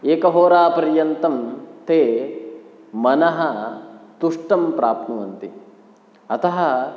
एकहोरापर्यन्तं ते मनः तुष्टं प्राप्नुवन्ति अतः